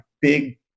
big